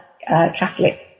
Catholic